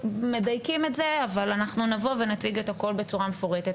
מדייקים את זה אבל אנחנו נבוא ונציג את הכל בצורה מפורטת.